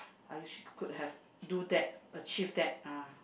I wish could have do that achieve that ah